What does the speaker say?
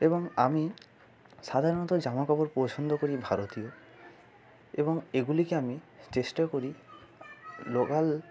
এবং আমি সাধারণত জামাকাপড় পছন্দ করি ভারতীয় এবং এগুলিকে আমি চেষ্টা করি লোকাল